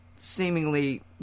seemingly